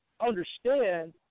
understand